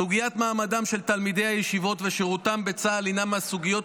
סוגיית מעמדם של תלמידי הישיבות ושירותם בצה"ל היא מהסוגיות